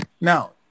Now